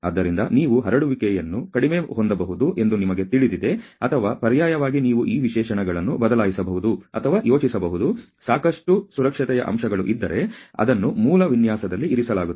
ಆದ್ದರಿಂದ ನೀವು ಹರಡುವಿಕೆಯನ್ನು ಕಡಿಮೆ ಹೊಂದಬಹುದು ಎಂದು ನಿಮಗೆ ತಿಳಿದಿದೆ ಅಥವಾ ಪರ್ಯಾಯವಾಗಿ ನೀವು ಈ ವಿಶೇಷಣಗಳನ್ನು ಬದಲಾಯಿಸಬಹುದು ಅಥವಾ ಯೋಚಿಸಬಹುದು ಸಾಕಷ್ಟು ಸುರಕ್ಷತೆಯ ಅಂಶಗಳು ಇದ್ದರೆ ಅದನ್ನು ಮೂಲ ವಿನ್ಯಾಸದಲ್ಲಿ ಇರಿಸಲಾಗುತ್ತದೆ